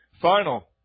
Final